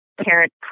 parent